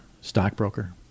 stockbroker